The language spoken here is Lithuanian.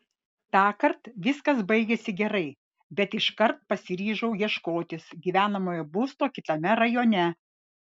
tąkart viskas baigėsi gerai bet iškart pasiryžau ieškotis gyvenamojo būsto kitame rajone